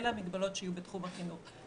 אלה המגבלות שהיו בתחום החינוך.